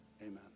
amen